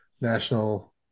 National